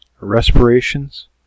respirations